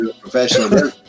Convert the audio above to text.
Professional